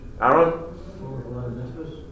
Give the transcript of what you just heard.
Aaron